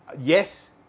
Yes